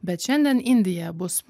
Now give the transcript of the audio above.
bet šiandien indija bus